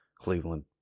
Cleveland